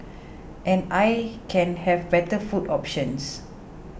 and I can have better food options